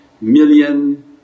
million